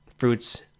Fruits